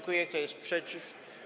Kto jest przeciw?